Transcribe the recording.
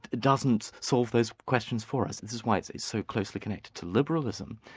doesn't solve those questions for us. this is why it's it's so closely connected to liberalism.